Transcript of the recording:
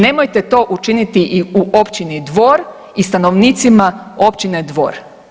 Nemojte to učiniti i u Općini Dvor i stanovnicima Općine Dvor.